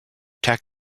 tack